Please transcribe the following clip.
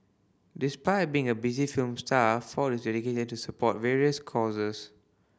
despite being a busy film star Ford is dedicated to support various causes